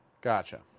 Gotcha